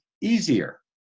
easier